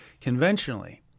conventionally